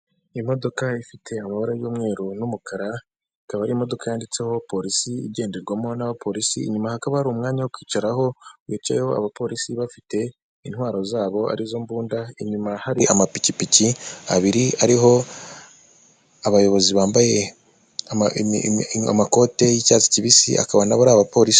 Imodoka ifite amabara y'umweru n'umukara, ikaba ari imodoka yanditseho polisi igenderwamo n'abapolisi. Inyuma hakaba hari umwanya wo kwicaraho wicayeho abapolisi bafite intwaro zabo arizo mbunda. Inyuma hari amapikipiki abiri ariho abayobozi bambaye amakoti y'cyatsi kibisi akaba nabo ari abapolisi.